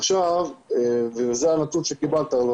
זה הנתון שקיבלת,